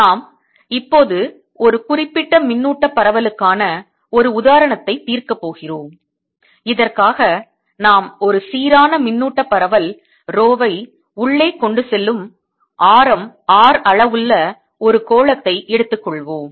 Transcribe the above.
நாம் இப்போது ஒரு குறிப்பிட்ட மின்னூட்டப் பரவலுக்கான ஒரு உதாரணத்தை தீர்க்கப் போகிறோம் இதற்காக நாம் ஒரு சீரான மின்னூட்ட பரவல் ரோவை உள்ளே கொண்டு செல்லும் ஆரம் r அளவுள்ள ஒரு கோளத்தை எடுத்துக்கொள்வோம்